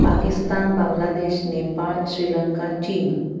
पाकिस्तान बांग्लादेश नेपाळ श्रीलंका चीन